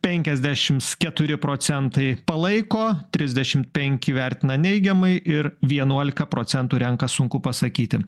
penkiasdešims keturi procentai palaiko trisdešimt penki vertina neigiamai ir vienuolika procentų renka sunku pasakyti